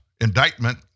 indictment